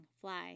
fly